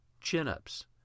chin-ups